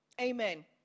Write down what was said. Amen